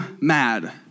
mad